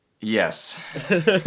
Yes